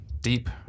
deep